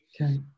Okay